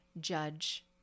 judge